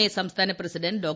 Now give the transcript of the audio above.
A സംസ്ഥാന president ഡോ